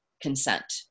consent